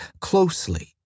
closely